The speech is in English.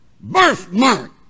birthmark